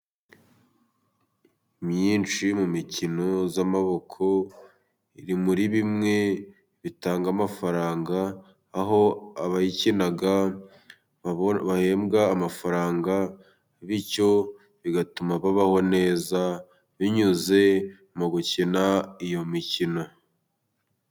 Myinshi mu mikino y'amaboko iri muri bimwe bitanga amafaranga, aho abayikina bahembwa amafaranga, bityo bigatuma babaho neza binyuze mu gukina iyo mikino.